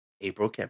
April